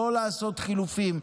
לא לעשות חילופים,